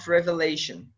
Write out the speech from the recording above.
Revelation